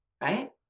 right